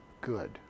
good